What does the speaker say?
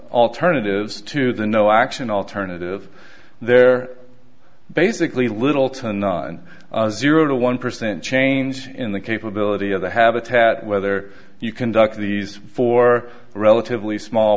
alternatives to the no action alternative there basically little to none zero to one percent change in the capability of the habitat whether you conduct these for relatively small